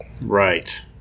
Right